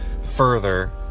further